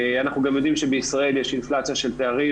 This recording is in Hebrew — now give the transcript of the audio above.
אנחנו גם יודעים שבישראל יש אינפלציה של תארים